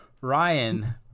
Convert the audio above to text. Ryan